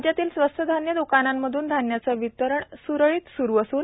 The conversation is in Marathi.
राज्यातील स्वस्त धान्य द्कानांमधून धान्याचे वितरण सुरळीत सुरु असून